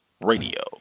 radio